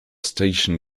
station